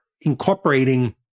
incorporating